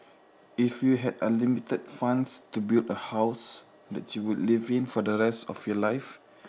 if you had unlimited fund to build the house that you would live in for the rest of your life